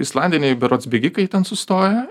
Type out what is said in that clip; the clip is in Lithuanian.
islandiniai berods bėgikai ten sustoja